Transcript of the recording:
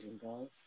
girls